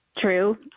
true